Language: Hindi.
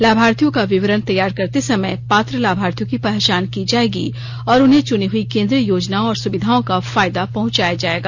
लाभार्थियों का विवरण तैयार करते समय पात्र लाभार्थियों की पहचान की जाएगी और उन्हें चुनी हुई केंद्रीय योजनाओं और सुविधाओं का फायदा पहंचाया जाएगा